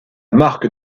marque